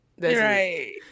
right